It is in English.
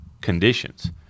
conditions